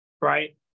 right